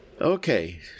Okay